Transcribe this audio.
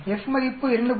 F மதிப்பு 2